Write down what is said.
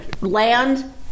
land